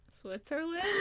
Switzerland